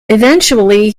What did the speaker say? eventually